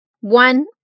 One